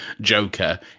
Joker